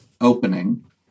opening